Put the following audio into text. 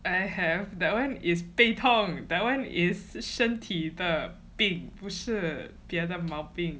I have that one is 背痛 that one is 身体的病不是别的毛病